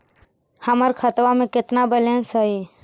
हमर खतबा में केतना बैलेंस हई?